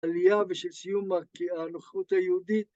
עלייה בשל סיום הנוכחות היהודית